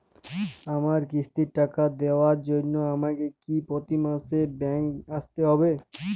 আমার কিস্তির টাকা দেওয়ার জন্য আমাকে কি প্রতি মাসে ব্যাংক আসতে হব?